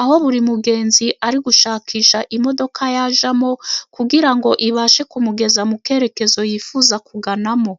aho buri mugenzi ari gushakisha imodoka yajyamo, kugira ngo ibashe kumugeza mu cyerekezo yifuza kuganamo.